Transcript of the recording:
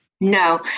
No